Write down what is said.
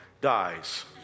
dies